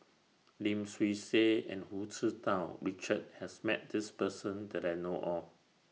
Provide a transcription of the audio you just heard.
Lim Swee Say and Hu Tsu Tau Richard has Met This Person that I know of